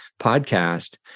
podcast